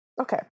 Okay